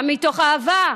גם מתוך אהבה,